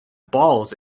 balls